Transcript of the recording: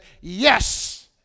yes